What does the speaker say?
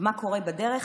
מה קורה בדרך,